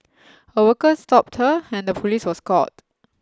a worker stopped her and the police was called